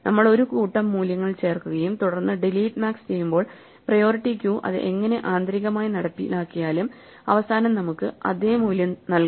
നമ്മൾ ഒരു കൂട്ടം മൂല്യങ്ങൾ ചേർക്കുകയും തുടർന്ന് ഡിലീറ്റ് മാക്സ് ചെയ്യുമ്പോൾ പ്രയോറിറ്റി ക്യൂ അത് എങ്ങനെ ആന്തരികമായി നടപ്പിലാക്കിയാലും അവസാനം നമുക്ക് അതേ മൂല്യം നൽകണം